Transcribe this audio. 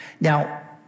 Now